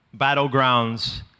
battlegrounds